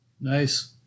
Nice